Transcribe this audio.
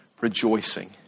rejoicing